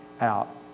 out